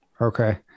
Okay